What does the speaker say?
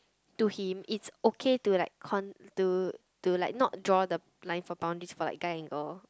to him it's okay to like con~ to to like not draw the line for boundaries for like guy and girl